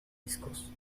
discos